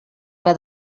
que